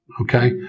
Okay